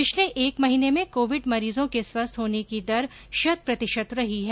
पिछले एक महीने में कोविड मरीजों के स्वस्थ होने की दर शत प्रतिशत रही है